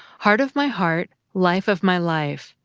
heart of my heart, life of my life,